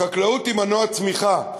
החקלאות היא מנוע צמיחה,